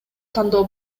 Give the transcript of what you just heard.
тандоо